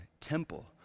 temple